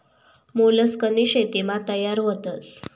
मोलस्कनी शेतीमा तयार व्हतस